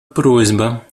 просьба